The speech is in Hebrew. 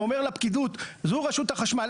ואומר לפקידות: זו רשות החשמל,